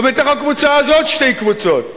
ובתוך הקבוצה הזאת שתי קבוצות: